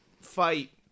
fight